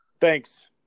Thanks